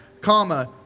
comma